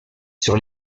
sur